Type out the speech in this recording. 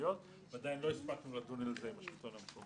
המקומיות ו עדיין לא הספקנו לדון על זה עם השלטון המקומי.